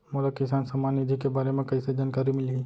मोला किसान सम्मान निधि के बारे म कइसे जानकारी मिलही?